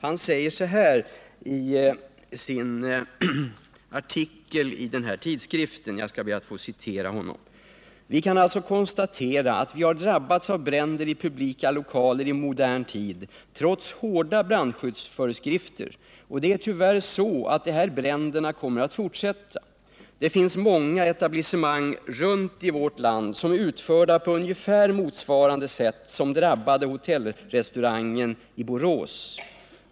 Han säger så här i sin artikel i tidskriften: ”Vi kan alltså konstatera att vi har drabbats av bränder i publika lokaler i modern tid trots hårda brandskyddsföreskrifter, och det är tyvärr så att de här bränderna kommer att fortsätta. Det finns många etablissemang runt om i vårt land som är utförda på ungefär motsvarande sätt som den drabbade hotell-restaurangen i Borås.